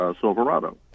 Silverado